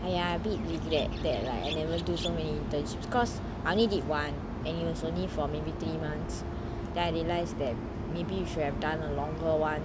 !aiya! I a bit regret that that like I never do so many interships cause I only did one and it was only for maybe three months then I realized that maybe you should have done a longer one